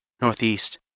northeast